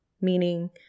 meaning